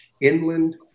inland